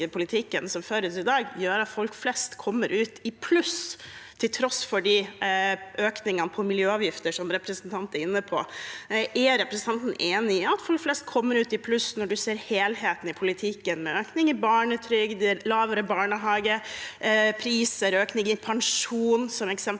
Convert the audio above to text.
som føres i dag, gjør at folk flest kommer ut i pluss, til tross for økningene i miljøavgifter, som representanten er inne på. Er representanten enig i at folk flest kommer ut i pluss når man ser helheten i politikken, med økning i barnetrygder, lavere barnehagepriser og økning i pensjonen som eksempler,